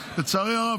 לצערי הרב,